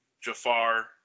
Jafar